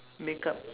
makeup